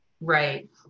Right